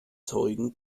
zeugen